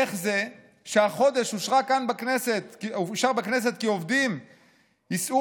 איך זה שהחודש אושר כאן בכנסת כי עובדים יישאו